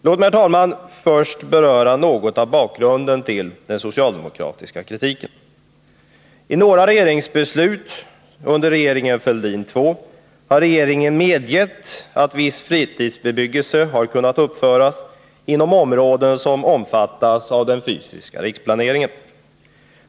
Låt mig, herr talman, först beröra något av bakgrunden till den 49 I några regeringsbeslut under regeringen Fälldin II har regeringen medgett att viss fritidsbebyggelse har kunnat uppföras inom områden som omfattas av den fysiska riksplaneringen.